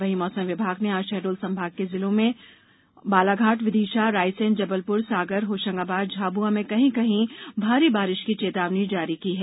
वहीं मौसम विभाग ने आज शहडोल संभाग के जिलों में और बालाघाट विदिशा रायसेन जबलपुर सागर होशंगाबाद झाबुआ में कहीं कहीं भारी बारिश की चेतावनी जारी की है